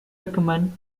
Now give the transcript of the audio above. recommend